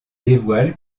dévoile